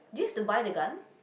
do you have to buy the gun